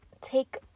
take